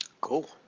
Cool